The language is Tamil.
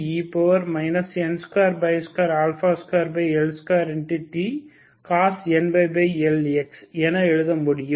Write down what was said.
cos nLx என எழுத முடியும்